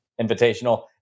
Invitational